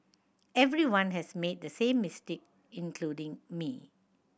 everyone has made the same mistake including me